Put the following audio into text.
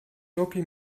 gnocchi